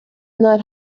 not